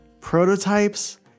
Prototypes